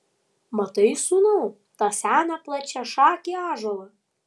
matai sūnau tą seną plačiašakį ąžuolą